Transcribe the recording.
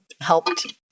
helped